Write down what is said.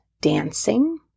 dancing